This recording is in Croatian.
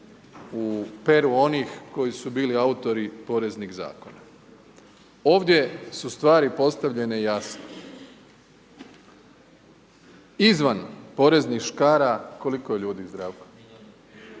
u peru onih koji su bili autori poreznih zakona. Ovdje su stvari postavljene jasno. Izvan poreznih škara, koliko je ljudi Zdravko?